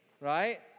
right